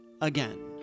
again